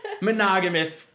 monogamous